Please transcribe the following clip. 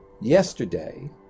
yesterday